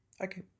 Okay